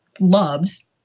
loves